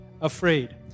afraid